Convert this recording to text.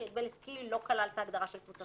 כי הגבל עסקי לא כלל את ההגדרה של קבוצת ריכוז.